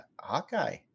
Hawkeye